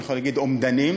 אני יכול להגיד אומדנים